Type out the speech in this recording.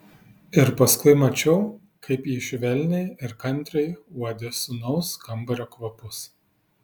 ir paskui mačiau kaip ji švelniai ir kantriai uodė sūnaus kambario kvapus